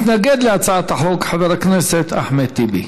מתנגד להצעת החוק, חבר הכנסת אחמד טיבי.